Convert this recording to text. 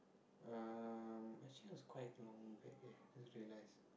um actually was quite long back eh just realise